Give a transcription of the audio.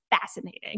fascinating